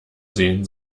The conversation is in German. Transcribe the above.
sehen